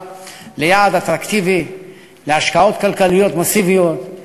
יעד אטרקטיבי להשקעות כלכליות מסיביות,